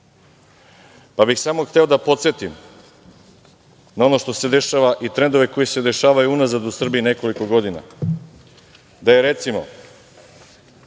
bih samo da podsetim na ono što se dešava i trendove koji se dešavaju unazad u Srbiji nekoliko godina. Da je recimo,